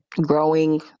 growing